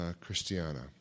Christiana